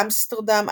אמסטרדם,